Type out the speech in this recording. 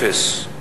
אפס,